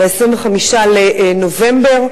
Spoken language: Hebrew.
ב-25 בנובמבר,